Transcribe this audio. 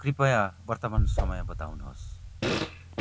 कृपया वर्तमान समय बताउनुहोस्